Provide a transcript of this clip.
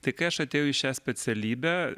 tai kai aš atėjau į šią specialybę